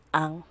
ang